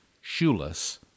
shoeless